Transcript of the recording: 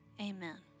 Amen